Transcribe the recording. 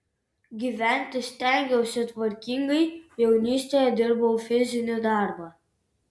gyventi stengiausi tvarkingai jaunystėje dirbau fizinį darbą